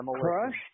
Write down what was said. Crush